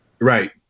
Right